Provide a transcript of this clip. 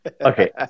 Okay